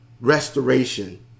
restoration